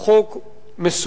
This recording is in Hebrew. הוא חוק מסוכן,